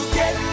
get